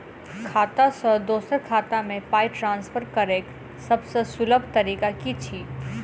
खाता सँ दोसर खाता मे पाई ट्रान्सफर करैक सभसँ सुलभ तरीका की छी?